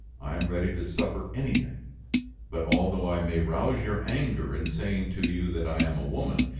i am ready to suffer anything but, although i may rouse your anger in saying to you that i am a woman,